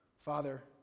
Father